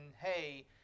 hey